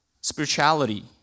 spirituality